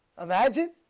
Imagine